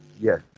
Yes